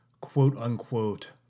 quote-unquote